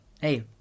hey